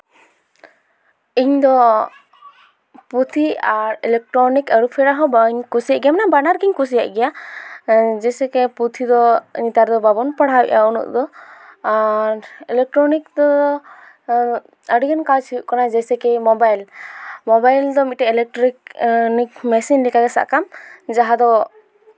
ᱤᱧ ᱫᱚ ᱯᱩᱛᱷᱤ ᱟᱨ ᱤᱞᱮᱠᱴᱨᱚᱱᱤᱠ ᱟᱹᱨᱩᱯᱷᱮᱨᱟᱣ ᱦᱚᱸ ᱵᱟᱹᱧ ᱠᱩᱥᱤᱭᱟᱜ ᱜᱮᱭᱟ ᱢᱟᱱᱮ ᱵᱟᱱᱟᱨ ᱜᱤᱧ ᱠᱩᱥᱤᱭᱟᱜ ᱜᱮᱭᱟ ᱡᱮᱭᱥᱮ ᱠᱤ ᱯᱩᱛᱷᱤ ᱱᱮᱛᱟᱨ ᱫᱚ ᱵᱟᱵᱚᱱ ᱯᱟᱲᱦᱟᱣᱮᱫᱼᱟ ᱱᱮᱛᱟᱨ ᱫᱚ ᱟᱨ ᱤᱞᱮᱠᱴᱨᱚᱱᱤᱠ ᱫᱚ ᱟᱹᱰᱤ ᱜᱟᱱ ᱠᱟᱡ ᱦᱩᱭᱩᱜ ᱠᱟᱱᱟ ᱡᱮᱭᱥᱮ ᱠᱤ ᱢᱳᱵᱟᱭᱤᱞ ᱢᱳᱵᱟᱭᱤᱞ ᱫᱚ ᱢᱤᱫᱴᱮᱡ ᱤᱞᱮᱠᱴᱨᱤᱠ ᱢᱤᱥᱤᱱ ᱞᱮᱠᱟ ᱜᱮ ᱥᱟᱵ ᱠᱟᱢ ᱡᱟᱦᱟᱸ ᱫᱚ